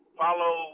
follow